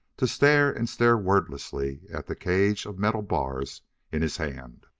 to stare and stare wordlessly at the cage of metal bars in his hand.